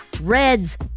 Reds